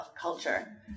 culture